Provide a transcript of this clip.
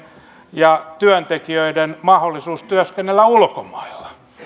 ja työntekijöiden mahdollisuus työskennellä ulkomailla